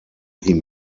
ihm